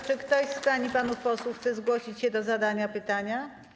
Czy ktoś z pań i panów posłów chce zgłosić się do zadania pytania?